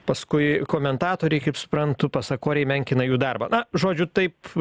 paskui komentatoriai kaip suprantu pasakoriai menkina jų darbą na žodžiu taip